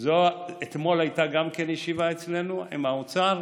אתמול הייתה גם כן ישיבה אצלנו עם האוצר,